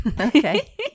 okay